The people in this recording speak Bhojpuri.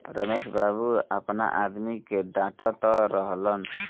रमेश बाबू आपना आदमी के डाटऽत रहलन